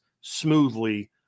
smoothly